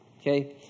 okay